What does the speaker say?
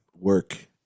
work